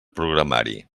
programari